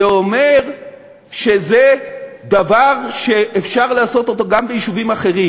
זה אומר שזה דבר שאפשר לעשות גם ביישובים אחרים.